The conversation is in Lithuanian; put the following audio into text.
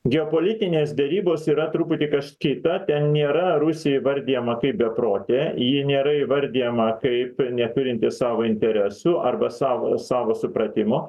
geopolitinės derybos yra truputį kas kita ten nėra rusija įvardijama kaip beprotė ji nėra įvardijama kaip neturinti savo interesų arba sav savo supratimo